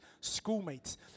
schoolmates